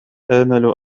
آمل